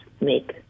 make